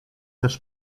też